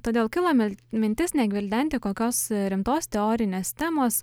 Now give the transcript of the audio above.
todėl kilo mil mintis negvildenti kokios rimtos teorinės temos